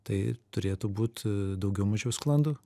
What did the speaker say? tai turėtų būt daugiau mažiau sklandu